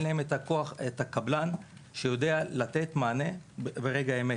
להן את הקבלן שיודע לתת מענה ברגע האמת.